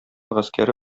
гаскәре